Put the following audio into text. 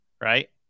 right